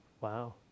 Wow